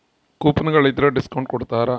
coupon ಗಳಿದ್ರ discount ಕೊಡ್ತಾರ